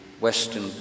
Western